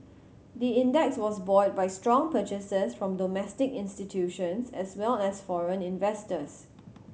the index was buoyed by strong purchases from domestic institutions as well as foreign investors